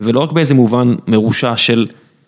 ולא רק באיזה מובן מרושע של..